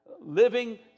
Living